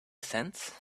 cents